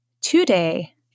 today